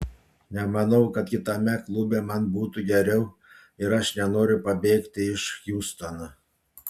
nemanau kad kitame klube man būtų geriau ir aš nenoriu pabėgti iš hjustono